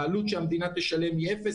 העלות שהמדינה תשלם היא אפס.